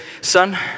son